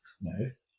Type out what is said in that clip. nice